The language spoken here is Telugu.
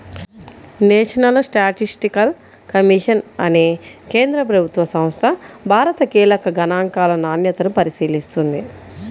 నేషనల్ స్టాటిస్టికల్ కమిషన్ అనే కేంద్ర ప్రభుత్వ సంస్థ భారత కీలక గణాంకాల నాణ్యతను పరిశీలిస్తుంది